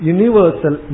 Universal